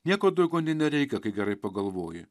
nieko daugiau nei nereikia kai gerai pagalvoji